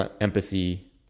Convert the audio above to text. empathy